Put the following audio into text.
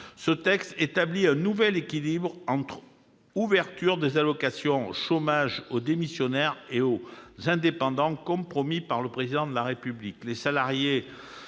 ce texte établit un nouvel équilibre entre une ouverture des allocations de chômage aux démissionnaires et aux indépendants, comme l'avait promis le Président de la République.